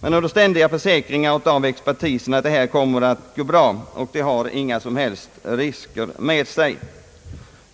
under ständiga försäkringar av expertisen att det kommer att gå bra och att det inte medför några som helst risker.